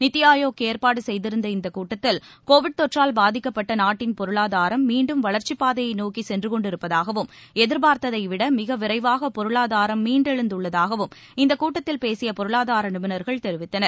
நித்தி ஆயோக் ஏற்பாடு செய்திருந்த இந்தக் கூட்டத்தில் கோவிட் தொற்றால் பாதிக்கப்பட்ட நாட்டின் பொருளாதாரம் மீன்டும் வளர்ச்சிப் பாதையை நோக்கி சென்று கொண்டிருப்பதாகவும் எதிர்பார்த்தை விட மிக விரைவாக பொருளாதாரம் மீண்டெழுந்துள்ளதாகவும் இந்தக் கூட்டத்தில் பேசிய பொருளாதார நிபுணர்கள் தெரிவித்தனர்